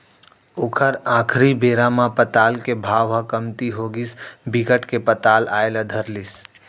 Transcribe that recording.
ओखर आखरी बेरा म पताल के भाव ह कमती होगिस बिकट के पताल आए ल धर लिस